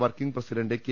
working president K